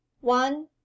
one